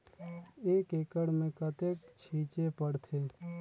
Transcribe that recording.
एक एकड़ मे कतेक छीचे पड़थे?